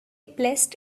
placed